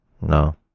No